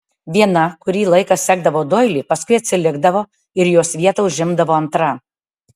viena kurį laiką sekdavo doilį paskui atsilikdavo ir jos vietą užimdavo antra